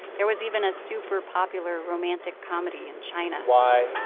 there was even a super-popular romantic comedy in china. why